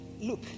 look